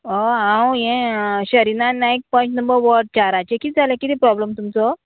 हांव हे शरीनान नायक पंयच नंबर वॉड चाराचें किदें जालें कितें प्रोब्लम तुमचो